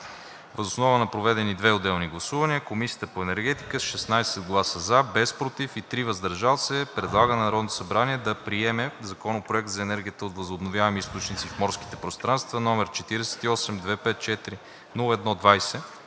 Въз основа на проведени две отделни гласувания Комисията по енергетика с 16 гласа „за“, без гласове „против“ и 3 „въздържал се“ предлага на Народното събрание да приеме Законопроект за енергията от възобновяеми източници в морските пространства, № 48-254-01-20,